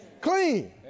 clean